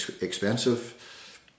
expensive